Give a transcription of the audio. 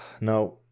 No